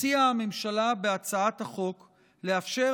הציעה הממשלה בהצעת החוק לאפשר,